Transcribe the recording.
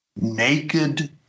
naked